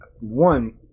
One